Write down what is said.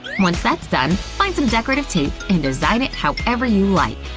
once that's done, find some decorative tape and design it however you'd like!